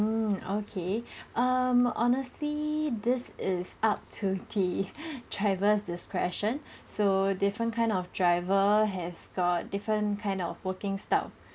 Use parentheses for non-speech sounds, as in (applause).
~(mm) okay um honestly this is up to the (laughs) travel discretion so different kind of driver has got different kind of working style